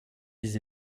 des